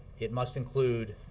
it must include